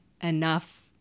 enough